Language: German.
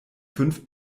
fünf